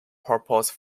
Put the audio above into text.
purpose